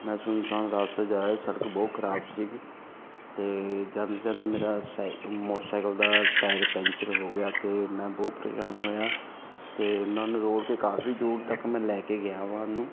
ਮੈਂ ਸੁੰਨਸਾਨ ਰਸਤੇ ਜਾ ਰਿਹਾ ਸੜਕ ਬਹੁਤ ਖਰਾਬ ਸੀਗੀ ਅਤੇ ਜਾਂਦੇ ਜਾਂਦੇ ਮੇਰਾ ਸਾਈਕ ਮੋਟਰਸਾਈਕਲ ਦਾ ਟਾਇਰ ਪੈਂਚਰ ਹੋ ਗਿਆ ਅਤੇ ਮੈਂ ਬਹੁਤ ਪਰੇਸ਼ਾਨ ਹੋਇਆ ਅਤੇ ਮੈਂ ਉਹਨੂੰ ਰੋੜ੍ਹ ਕੇ ਕਾਫੀ ਦੂਰ ਤੱਕ ਮੈਂ ਲੈ ਕੇ ਗਿਆ ਵਾਂ ਉਹਨੂੰ